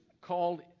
called